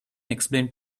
explained